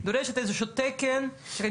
אבל הבנתי שחיתולים דורש איזה שהוא תקן,